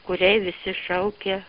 kuriai visi šaukia